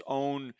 own